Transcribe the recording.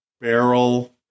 Barrel